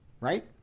Right